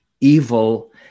evil